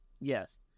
Yes